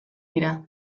dira